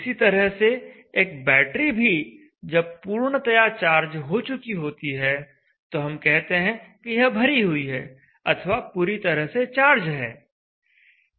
इसी तरह से एक बैटरी भी जब पूर्णतया चार्ज हो चुकी होती है तो हम कहते हैं कि यह भरी हुई है अथवा पूरी तरह चार्ज है